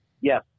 Yes